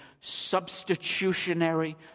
substitutionary